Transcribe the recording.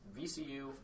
VCU